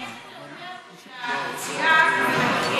איך אתה יודע את זה אם הפציעה נגרמה